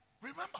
Remember